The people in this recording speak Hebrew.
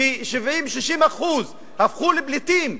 ש-60% 70% הפכו לפליטים,